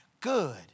good